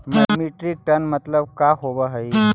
Metric ton मतलब का होव हइ?